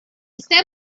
set